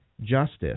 justice